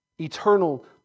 eternal